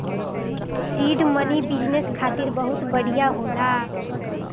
seed money business खातिर बहुते बढ़िया होला